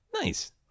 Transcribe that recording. nice